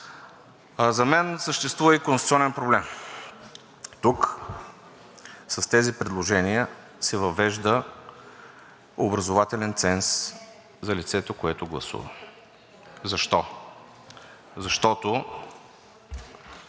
За мен съществува и конституционен проблем. Тук с тези предложения се въвежда образователен ценз за лицето, което гласува. Защо? Защото